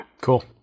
Cool